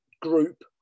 group